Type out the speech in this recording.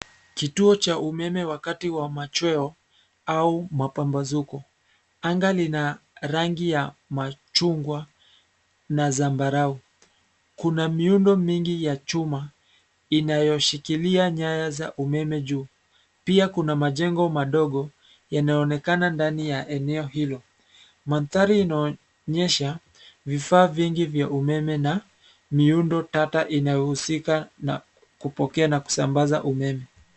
Kituo cha umeme wakati wa machweo au mapambazuko. Anga lina rangi ya machungwa na zambarau. Kuna miundo mingi ya chuma inayoshikilia nyaya za umeme juu. Pia kuna majengo madogo yanayoonekana ndani ya eneo hilo. Mandhari inaonyesha vifaa vingi vya umeme na miundo tata inayohusika na kupokea na kusambaza umeme.